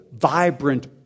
vibrant